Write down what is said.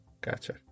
Gotcha